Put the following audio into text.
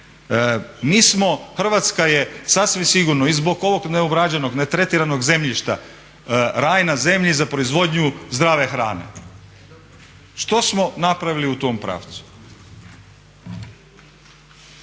Mi smo, Hrvatska je sasvim sigurno i zbog ovog neobrađenog, netretiranog zemljišta raj na zemlji za proizvodnju zdrave hrane. Što smo napravili u tom pravcu?